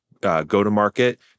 go-to-market